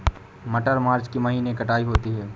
मटर मार्च के महीने कटाई होती है?